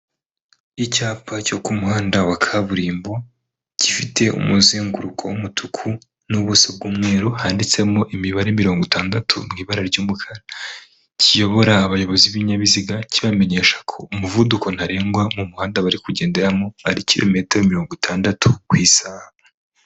Icyapa cyo ku muhanda wa kaburimbo, gifite umuzenguruko w'umutuku n'ubuso bw'umweru, handitsemo imibare mirongo itandatu mu ibara ry'umukara. Kiyobora abayobozi b'ibinyabiziga kibamenyesha ko umuvuduko ntarengwa mu muhanda bari kugenderamo ari kilometero mirongo itandatu ku isaha.